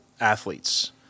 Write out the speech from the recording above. athletes